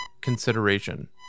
consideration